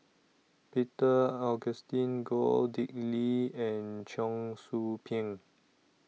Peter Augustine Goh Dick Lee and Cheong Soo Pieng